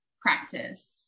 practice